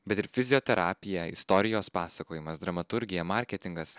bet ir fizioterapija istorijos pasakojimas dramaturgija marketingas